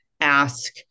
ask